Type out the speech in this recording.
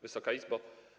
Wysoka Izbo!